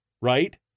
right